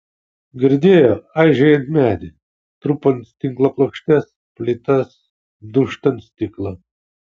girdėjo aižėjant medį trupant tinko plokštes plytas dūžtant stiklą